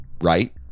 right